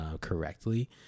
correctly